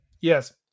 Yes